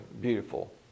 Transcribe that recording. beautiful